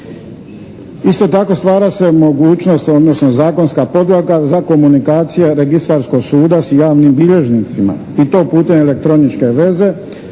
Isto tako stvara se mogućnost, odnosno zakonska podloga za komunikacije Registarskog suda s javnim bilježnicima i to putem elektroničke veze